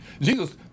Jesus